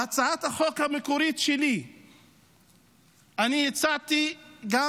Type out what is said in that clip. בהצעת החוק המקורית שלי אני הצעתי גם